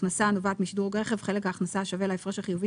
"הכנסה הנובעת משדרוג רכב" חלק ההכנסה השווה להפרש החיובי